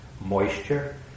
moisture